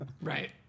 Right